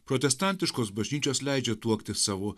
protestantiškos bažnyčios leidžia tuoktis savo